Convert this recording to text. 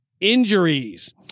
injuries